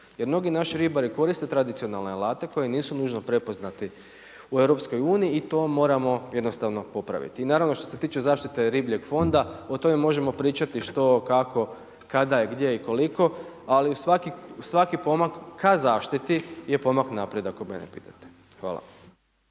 jer mnogi naši ribari koriste tradicionalne alate koji nisu nužno prepoznati u EU i to moramo jednostavno popraviti. I naravno što se tiče zaštite ribljeg fonda, o tome možemo pričati što, kako, kada i gdje i koliko, ali u svaki pomak ka zaštiti je pomak unaprijed, ako mene pitate. Hvala.